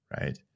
right